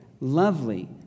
lovely